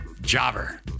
Jobber